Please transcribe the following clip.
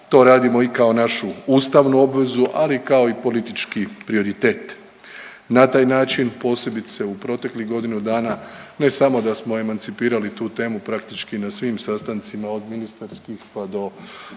To radimo i kao našu ustavnu obvezu, ali kao i politički prioritet. Na taj način posebice u proteklih godinu dana ne samo da smo emancipirali tu temu praktički na svim sastancima od ministarskih pa do